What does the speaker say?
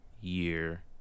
year